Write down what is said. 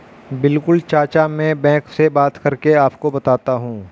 बिल्कुल चाचा में बैंक से बात करके आपको बताता हूं